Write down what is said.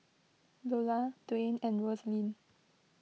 Iola Dwane and Roselyn